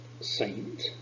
saint